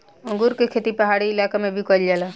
अंगूर के खेती पहाड़ी इलाका में भी कईल जाला